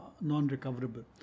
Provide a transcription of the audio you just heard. non-recoverable